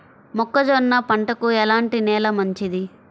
మొక్క జొన్న పంటకు ఎలాంటి నేల మంచిది?